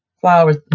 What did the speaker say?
flowers